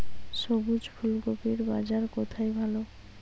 সবুজ ফুলকপির বাজার কোথায় ভালো?